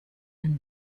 and